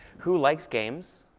who likes games?